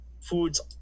foods